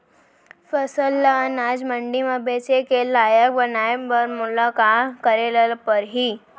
फसल ल अनाज मंडी म बेचे के लायक बनाय बर मोला का करे ल परही?